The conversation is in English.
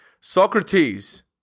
Socrates